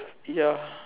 ya